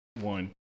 one